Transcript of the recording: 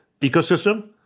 ecosystem